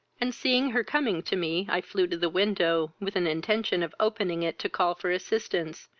and, seeing her coming to me, i flew to the window, with an intention of opening it to call for assistance,